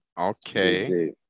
Okay